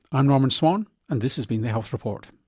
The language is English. i'm norman swan and this has been the health report